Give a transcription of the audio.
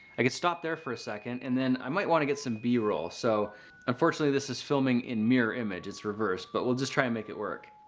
i could stop there for a second and then i might want to get some b-roll. so unfortunately, this is filming in mirror-image, it's reversed. but we'll just try and make it work.